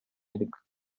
идек